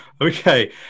Okay